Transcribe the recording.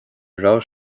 raibh